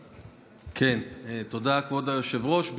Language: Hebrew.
תודה, כבוד היושב-ראש.